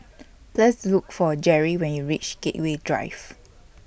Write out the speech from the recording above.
Please Look For Jerri when YOU REACH Gateway Drive